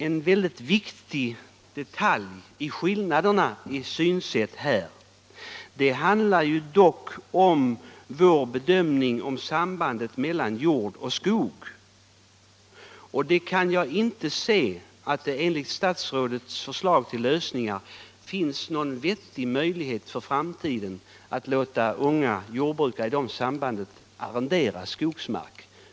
En mycket viktig detalj i skillnaderna i synsätt här handlar om vår bedömning av sambandet mellan jord och skog. Jag kan inte se att det enligt statsrådets förslag till lösningar finns någon vettig möjlighet att i framtiden låta unga jordbrukare arrendera skogsmark.